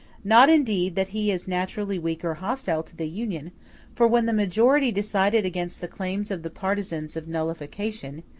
not indeed that he is naturally weak or hostile to the union for when the majority decided against the claims of the partisans of nullification,